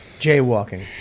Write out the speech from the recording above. Jaywalking